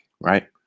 right